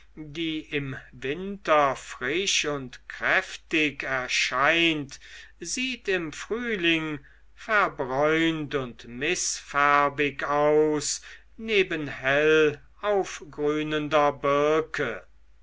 die im winter frisch und kräftig erscheint sieht im frühling verbräunt und mißfärbig aus neben hell aufgrünender birke